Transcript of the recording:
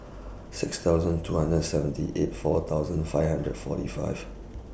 six thousand two hundred and seventy eight four thousand five hundred forty five